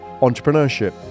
entrepreneurship